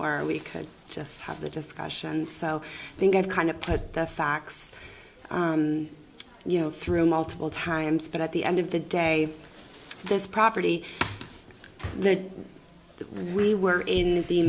e we could just have the discussion so i think i've kind of put the facts you know through multiple times but at the end of the day this property there we were in the